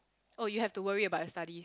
oh you have to worry about your studies